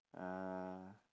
uh